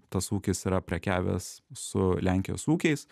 tas ūkis yra prekiavęs su lenkijos ūkiais